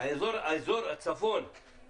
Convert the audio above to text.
אם נראה שבאמת זה מוצדק אבל אם זה 5 אגורות